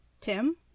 Tim